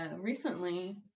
recently